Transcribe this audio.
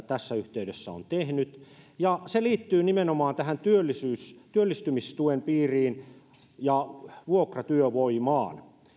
tässä yhteydessä on tehnyt ja se liittyy nimenomaan tähän työllistymistuen piiriin ja vuokratyövoimaan